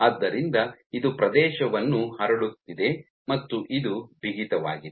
ಆದ್ದರಿಂದ ಇದು ಪ್ರದೇಶವನ್ನು ಹರಡುತ್ತಿದೆ ಮತ್ತು ಇದು ಬಿಗಿತವಾಗಿದೆ